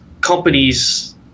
companies